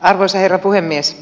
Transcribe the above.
arvoisa herra puhemies